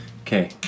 Okay